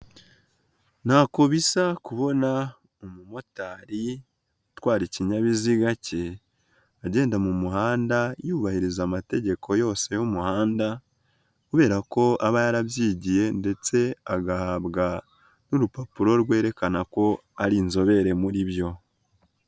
Ntako bisa kubona umumotari utwara ikinyabiziga ke agenda mu muhanda yubahiriza amategeko yose y'umuhanda, kubera ko aba yarabyigiye ndetse agahabwa n'urupapuro rwerekana ko ari inzobere muri byo.